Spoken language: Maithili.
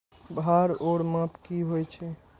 भार ओर माप की होय छै?